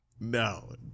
No